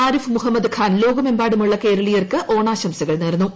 ആരിഫ് മുഹമ്മദ് ഖാൻ ലോകമെമ്പാടുമുള്ള കേരളീയർക്ക് ഓണാശംസകൾ നേർന്നു